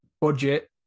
budget